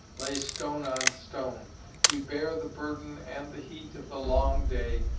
lay stone on stone we bear the burden and the heat of the long day,